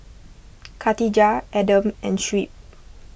Khatijah Adam and Shuib